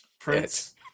prince